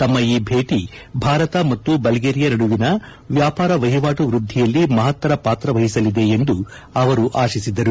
ತಮ್ಮ ಈ ಭೇಟ ಭಾರತ ಮತ್ತು ಬಲ್ಗೇರಿಯಾ ನಡುಎನ ವ್ಯಾಪಾರ ವಹವಾಟು ವೃದ್ದಿಯಲ್ಲಿ ಮಪತ್ತರ ಪಾತ್ರ ವಹಿಸಲಿದೆ ಎಂದು ಅವರು ಆಶಿಸಿದರು